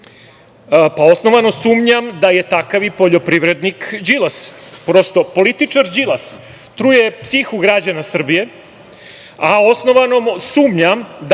pa osnovano sumnjam da je takav i poljoprivrednik Đilas. Prosto, političar Đilas truje psihu građana Srbije, a osnovano sumnjam da poljoprivrednik Đilas